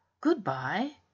good-bye